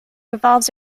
revolves